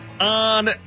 on